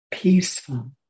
Peaceful